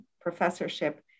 professorship